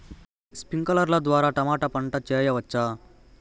స్ప్రింక్లర్లు ద్వారా టమోటా పంట చేయవచ్చా?